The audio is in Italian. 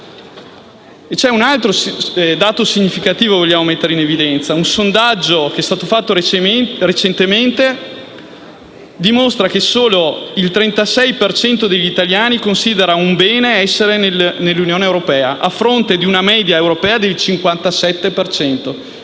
C'è un altro dato significativo che vogliamo mettere in evidenza: un sondaggio recente dimostra che solo il 36 per cento degli italiani considera un bene essere nell'Unione europea, a fronte di una media europea del 57